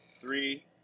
three